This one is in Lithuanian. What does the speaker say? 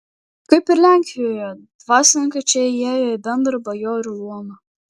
kaip ir lenkijoje dvasininkai čia įėjo į bendrą bajorų luomą